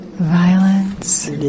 Violence